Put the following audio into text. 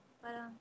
parang